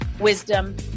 wisdom